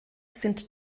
sind